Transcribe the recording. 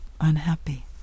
unhappy